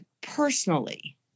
personally